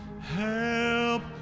help